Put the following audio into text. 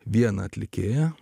vieną atlikėją